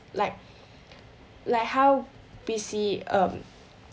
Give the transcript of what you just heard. like like how P_C um